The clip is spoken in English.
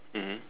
mmhmm